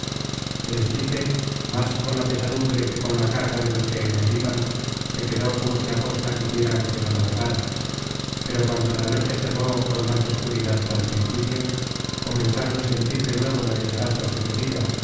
el esquife más con la pesadumbre que con la carga de los que en él iban se quedó como si aposta quisieran que no navegára pero cuando la noche cerró con más escuridad que al principio comenzaron á sentir de nuevo la desgracia sucedida